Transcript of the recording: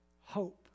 hope